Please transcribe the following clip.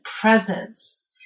presence